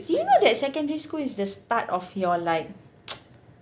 do you know that secondary school is the start of your like